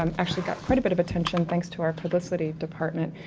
um actually got quite a bit of attention thanks to our publicity department.